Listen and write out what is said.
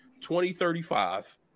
2035